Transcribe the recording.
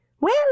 Well